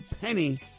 penny